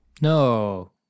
no